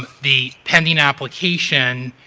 the pending application